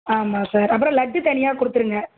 ஆமாம் சார் அப்புறம் லட்டு தனியாக கொடுத்துருங்க